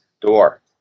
door